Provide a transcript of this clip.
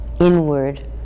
inward